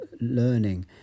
learning